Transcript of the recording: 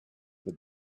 the